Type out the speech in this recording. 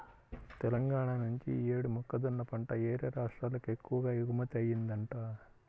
తెలంగాణా నుంచి యీ యేడు మొక్కజొన్న పంట యేరే రాష్ట్రాలకు ఎక్కువగా ఎగుమతయ్యిందంట